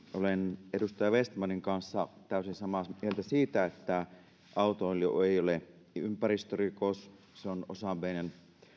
olen edustaja vestmanin kanssa täysin samaa mieltä siitä että autoilu ei ole ympäristörikos se on osa meidän